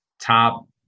top